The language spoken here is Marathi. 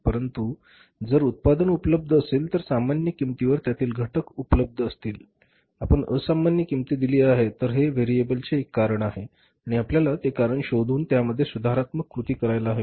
परंतु उदाहरणार्थ जर उत्पादन उपलब्ध असेल तर सामान्य किंमतीवर त्यातील घटक उपलब्ध असतील परंतु आपण असामान्य किंमत दिली आहे तर हे व्हेरिएबल्स चे एक कारण आहे आणि आपल्याला ते कारण शोधून त्यामध्ये सुधारात्मक कृती करायला हवी